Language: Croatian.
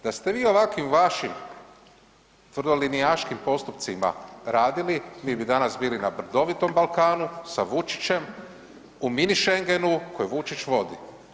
Da ste vi ovako vašim tvrdolinijaškim postupcima radili, mi bi danas bili na brdovitom Balkanu sa Vučićem u minišengenu koje Vučić vodi.